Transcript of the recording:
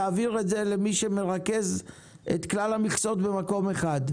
תעביר את זה למי שמרכז את כלל המכסות במקום אחד?